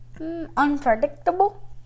Unpredictable